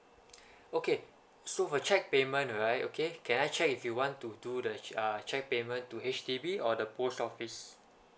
okay so for cheque payment right okay can I check if you want to do the cheque uh cheque payment to H_D_B or the post office